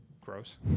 gross